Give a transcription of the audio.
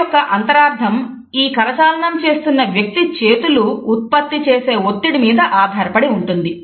యొక్క అంతరార్థం ఈ కరచాలనం చేస్తున్న వ్యక్తి చేతులు ఉత్పత్తి చేసే ఒత్తిడి మీద ఆధారపడి ఉంటుంది